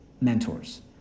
mentors